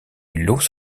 los